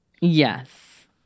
Yes